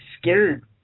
scared